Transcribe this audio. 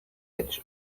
edge